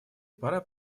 пора